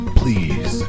please